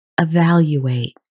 evaluate